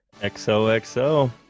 XOXO